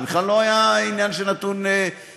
זה בכלל לא היה עניין שנתון לוויכוח,